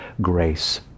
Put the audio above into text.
grace